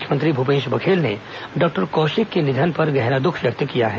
मुख्यमंत्री भूपेश बघेल ने डॉक्टर कौशिक के निधन पर गहरा द्ःख व्यक्त किया है